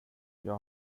jag